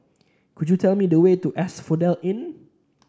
could you tell me the way to Asphodel Inn